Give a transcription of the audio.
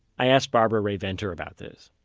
i asked barbara rae-venter about this.